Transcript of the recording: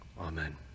amen